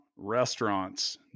restaurants